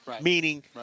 Meaning